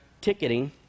ticketing